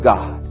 God